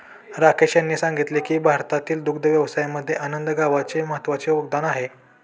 राकेश यांनी सांगितले की भारतातील दुग्ध व्यवसायामध्ये आनंद गावाचे महत्त्वाचे योगदान आहे